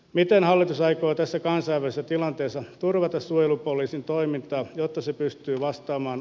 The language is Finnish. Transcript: miten hallitus aikoo tässäkään saa vesitilanteeseen turvata suojelupoliisin toimittaa jotta se pystyy vastaamaan